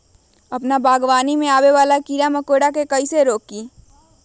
अपना बागवानी में आबे वाला किरा मकोरा के कईसे रोकी?